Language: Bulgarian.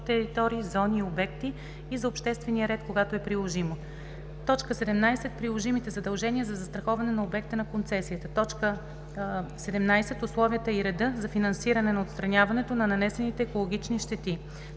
16. приложимите задължения за застраховане на обекта на концесията; 17. условията и реда за финансиране на отстраняването на нанесени екологични щети;